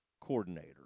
coordinator